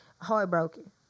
heartbroken